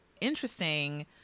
interesting